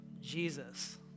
Jesus